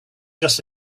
just